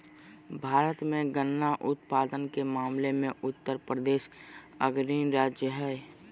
भारत मे गन्ना उत्पादन के मामले मे उत्तरप्रदेश अग्रणी राज्य हय